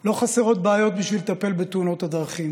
לא חסרות בעיות לטיפול בנושא תאונות הדרכים